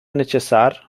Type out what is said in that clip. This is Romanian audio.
necesar